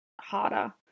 harder